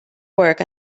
work